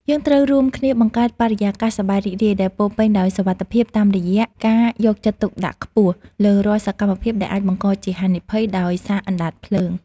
យើងត្រូវរួមគ្នាបង្កើតបរិយាកាសសប្បាយរីករាយដែលពោរពេញដោយសុវត្ថិភាពតាមរយៈការយកចិត្តទុកដាក់ខ្ពស់លើរាល់សកម្មភាពដែលអាចបង្កជាហានិភ័យដោយសារអណ្តាតភ្លើង។